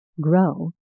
grow